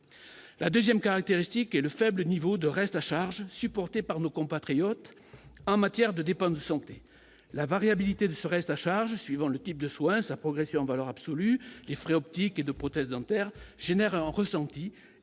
la 2ème caractéristique et le faible niveau de reste à charge supportée par nos compatriotes en matière de dépendre santé la variabilité de ce reste à charge, suivant le type de soins sa progression en valeur absolue, les frais optiques et de prothèses dentaires génère en ressenti